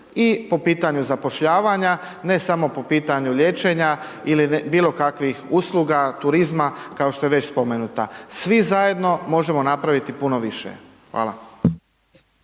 i po pitanju zapošljavanja, ne samo po pitanju liječenja ili bilokakvih usluga turizma kao što je već spomenuta. Svi zajedno možemo napraviti puno više, hvala.